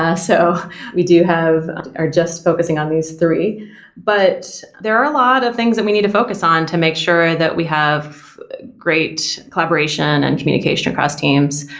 ah so we do have are just focusing on these three but there are a lot of things that we need to focus on to make sure that we have great collaboration and communication across teams.